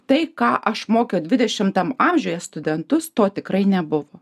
tai ką aš mokiau dvidešimtam amžiuje studentus to tikrai nebuvo